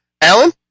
Alan